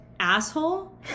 Asshole